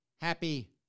happy